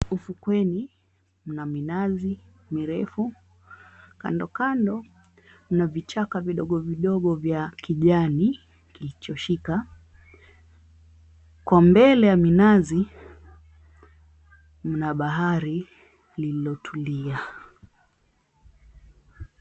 Ufukweni mna minazi mirefu. Kandokando mna vichaka vidogo vidogo vya kijani kilichoshika. Kwa mbele ya minazi mna bahari lililotulia.